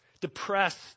depressed